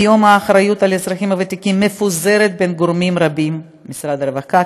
כיום האחריות לאזרחים הוותיקים מפוזרת בין גורמים רבים: משרד הרווחה,